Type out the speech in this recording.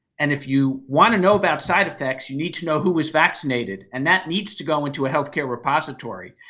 and if you want to know about side effects, you need to know who was vaccinated and that needs to go into a healthcare repository.